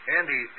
Andy